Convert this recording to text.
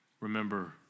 remember